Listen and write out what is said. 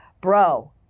bro